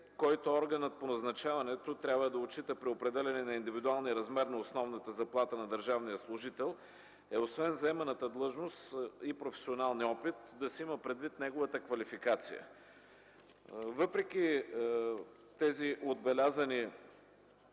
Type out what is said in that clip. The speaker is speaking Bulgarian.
който органът по назначаването трябва да отчита при определяне на индивидуалния размер на основата заплата на държавния служител, освен заеманата длъжност и професионалният опит да се има предвид неговата квалификация. Въпреки отбелязаните